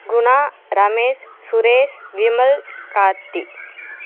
Guna Ramesh Suresh Vimal Karthi